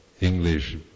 English